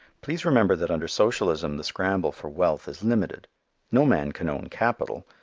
please remember that under socialism the scramble for wealth is limited no man can own capital,